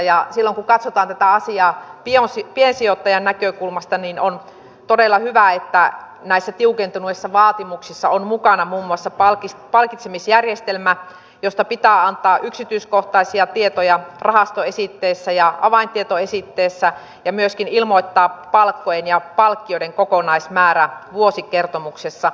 silloin kun katsotaan tätä asiaa piensijoittajan näkökulmasta niin on todella hyvä että näissä tiukentuneissa vaatimuksissa on mukana muun muassa palkitsemisjärjestelmä josta pitää antaa yksityiskohtaisia tietoja rahastoesitteissä ja avaintietoesitteessä ja myöskin ilmoittaa palkkojen ja palkkioiden kokonaismäärä vuosikertomuksessa